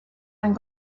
and